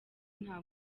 nta